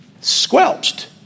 Squelched